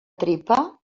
tripa